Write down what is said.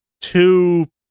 two